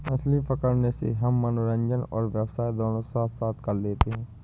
मछली पकड़ने से हम मनोरंजन और व्यवसाय दोनों साथ साथ कर लेते हैं